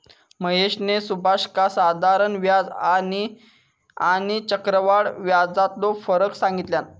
महेशने सुभाषका साधारण व्याज आणि आणि चक्रव्याढ व्याजातलो फरक सांगितल्यान